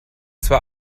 zwar